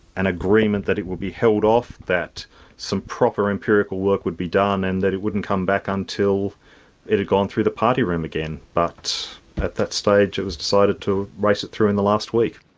an agreement that it would be held off, that some proper empirical work would be done and that it wouldn't come back until it had gone through the party room again, but at that stage it was decided to race it through in the last week.